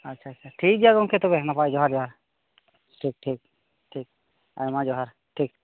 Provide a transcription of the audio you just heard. ᱟᱪᱪᱷᱟ ᱟᱪᱪᱷᱟ ᱟᱪᱪᱷᱟ ᱴᱷᱤᱠ ᱜᱮᱭᱟ ᱜᱚᱢᱠᱮ ᱛᱚᱵᱮ ᱱᱟᱯᱟᱭ ᱡᱚᱦᱟᱨ ᱡᱚᱦᱟᱨ ᱴᱷᱤᱠ ᱴᱷᱤᱠ ᱴᱷᱤᱠ ᱟᱭᱢᱟ ᱡᱚᱦᱟᱨ ᱴᱷᱤᱠ